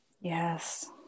Yes